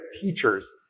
teachers